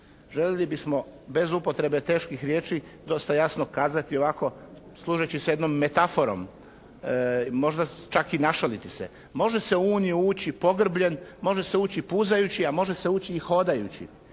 Željeli bismo bez upotrebe teških riječi dosta jasno kazati ovako služeći se jednom metaforom možda čak i našaliti se, može se u Uniju ući pogrbljen, može se ući i puzajući, a može se ući i hodajući.